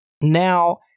Now